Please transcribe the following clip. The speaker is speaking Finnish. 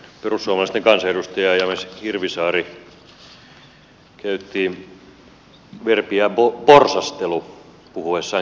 perussuomalaisten kansanedustaja james hirvisaari käytti verbiä porsastelu puhuessaan kehitysyhteistyöstä